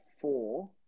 four